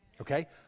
okay